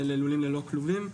ללולים ללא כלובים.